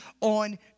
on